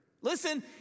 Listen